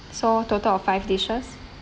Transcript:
so total of five dishes